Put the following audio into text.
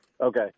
Okay